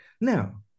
Now